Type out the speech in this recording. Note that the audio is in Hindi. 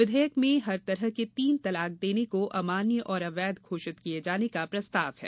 विधेयक में हर तरह के तीन तलाक देने को अमान्य और अवैध घोषित किए जाने का प्रस्ताव है